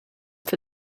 for